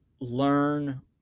learn